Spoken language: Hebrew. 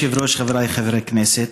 אדוני היושב-ראש, חבריי חברי הכנסת,